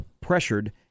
pressured